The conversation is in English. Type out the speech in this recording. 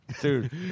Dude